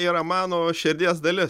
yra mano širdies dalis